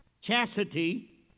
chastity